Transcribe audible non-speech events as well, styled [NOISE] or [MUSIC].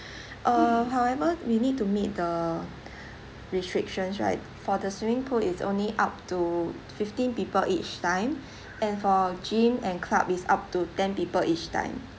[BREATH] uh however we need to meet the restrictions right for the swimming pool is only up to fifteen people each time [BREATH] and for gym and club is up to ten people each time